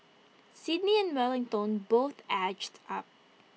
Sydney and Wellington both edged up